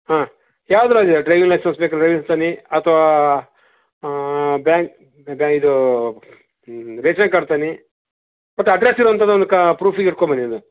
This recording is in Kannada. ಹಾಂ ಯಾವುದಾದ್ರೂ ಅಡ್ಡಿಲ್ಲ ಡ್ರೈವಿಂಗ್ ಲೈಸೆನ್ಸ್ ಬೇಕಾರೆ ಡ್ರೈವಿಂಗ್ ಲೈಸೆನ್ಸ್ ತನ್ನಿ ಅಥವಾ ಬ್ಯಾಂಕ್ ಬ್ಯಾ ಇದು ರೇಷನ್ ಕಾರ್ಡ್ ತನ್ನಿ ಒಟ್ಟು ಅಡ್ರೆಸ್ ಇರುವಂತ್ಜದ್ದು ಒಂದು ಕಾ ಪ್ರೂಫಿಗೆ ಹಿಡ್ಕೊಂಡು ಬನ್ನಿ ಒಂದು